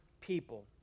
people